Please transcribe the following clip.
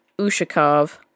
Ushakov